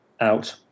out